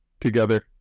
together